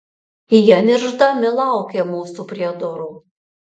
jie niršdami laukė mūsų prie durų